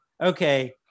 okay